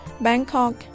Bangkok